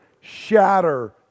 shatter